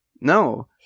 No